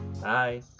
Bye